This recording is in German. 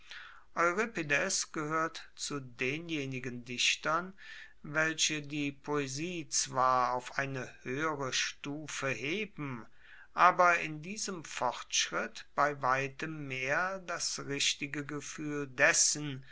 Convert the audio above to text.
gehoert zu denjenigen dichtern welche die poesie zwar auf eine hoehere stufe heben aber in diesem fortschritt bei weitem mehr das richtige gefuehl dessen